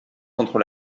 contre